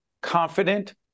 confident